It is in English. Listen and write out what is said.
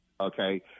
Okay